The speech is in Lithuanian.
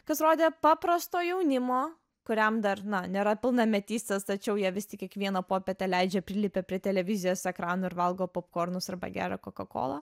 kas rodė paprasto jaunimo kuriam dar nėra pilnametystės tačiau jie vis tik kiekvieną popietę leidžia prilipę prie televizijos ekranų ir valgo popkornus arba geria kokakolą